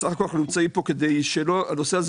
בסך הכול אנחנו נמצאים כאן כדי שהנושא הזה